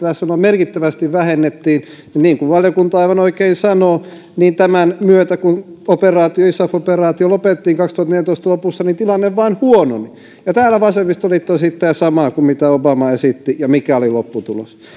läsnäoloa merkittävästi vähennettiin niin niin kuin valiokunta aivan oikein sanoo tämän myötä kun isaf operaatio lopetettiin vuoden kaksituhattaneljätoista lopussa tilanne vain huononi ja täällä vasemmistoliitto esittää samaa kuin obama esitti ja mikä oli lopputulos